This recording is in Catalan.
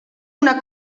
una